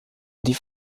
die